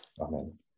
Amen